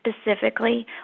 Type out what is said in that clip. specifically